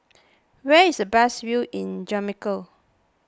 where is the best view in Jamaica